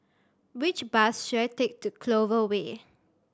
which bus should I take to Clover Way